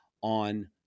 on